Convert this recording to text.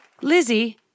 Lizzie